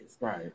right